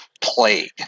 plague